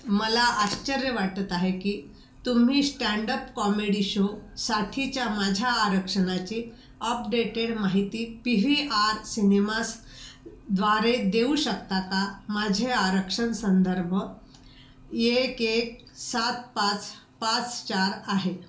मला आश्चर्य वाटत आहे की तुम्ही स्टँड अप कॉमेडी शो साठीच्या माझ्या आरक्षणाची अपडेटेड माहिती पी व्ही आर सिनेमास द्वारे देऊ शकता का माझे आरक्षण संदर्भ एक एक सात पाच पाच चार आहे